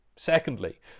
Secondly